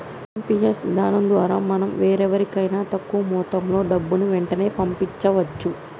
IMPS విధానం ద్వారా మనం వేరెవరికైనా తక్కువ మొత్తంలో డబ్బుని వెంటనే పంపించవచ్చు